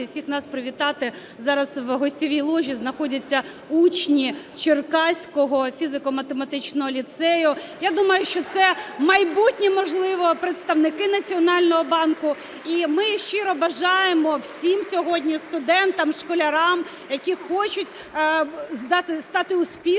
всіх нас привітати: зараз у гостьовій ложі знаходяться учні Черкаського фізико-математичного ліцею. Я думаю, що це майбутні, можливо, представники Національного банку. І ми щиро бажаємо всім сьогодні студентам, школярам, які хочуть стати успішними,